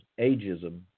ageism